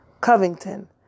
Covington